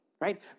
right